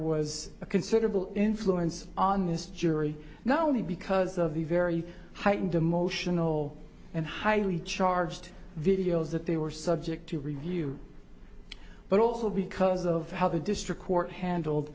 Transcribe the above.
was a considerable influence on this jury now only because of the very heightened emotional and highly charged videos that they were subject to review but also because of how the district court handled